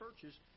churches